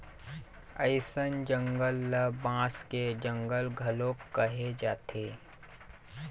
अइसन जंगल ल बांस के जंगल घलोक कहे जाथे